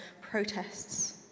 protests